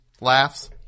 laughs